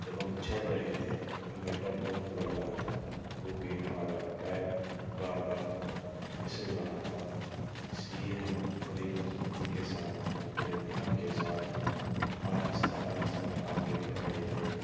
جب ہم چڑھ رہے تھے تو ہمیں ڈر بہت لگ رہا تھا کیونکہ ہمارا پیر بار بار پھسل رہا تھا اس لیے ہم بڑی مضبوطی کے ساتھ اور بڑے دھیان کے ساتھ آہستہ آہستہ آگے بڑھ رہے تھے